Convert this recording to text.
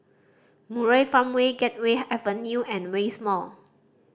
Murai Farmway Gateway Avenue and West Mall